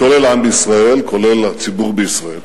כולל העם בישראל, כולל הציבור בישראל,